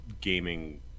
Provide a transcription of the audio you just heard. gaming